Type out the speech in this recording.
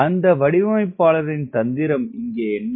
அந்த வடிவமைப்பாளரின் தந்திரம் இங்கே என்ன